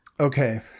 Okay